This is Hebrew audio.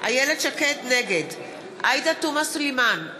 נגד עאידה תומא סלימאן,